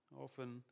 often